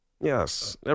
Yes